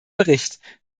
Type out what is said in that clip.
bericht